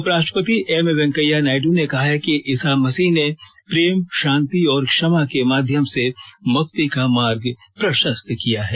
उप राष्ट्रपति एमवेंकैया नायड् ने कहा है कि ईसा मसीह ने प्रेम शांति और क्षमा के माध्यम से मुक्ति का मार्ग प्रशस्त किया है